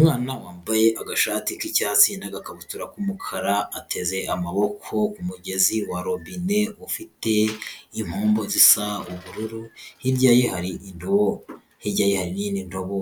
Umwana wambaye agashati k'icyatsi n'agakabutura k'umukara, ateze amaboko ku mugezi wa robine ufite impombo zisa ubururu, hirya ye hari indobo, hirya ye hari n'indi ndobo